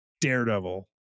Daredevil